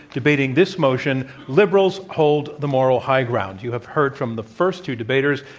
debating this motion liberals hold the moral high ground. you have heard from the first two debaters,